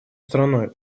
страной